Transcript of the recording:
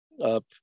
up